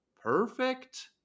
perfect